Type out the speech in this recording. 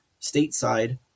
stateside